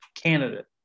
candidate